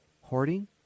Hoarding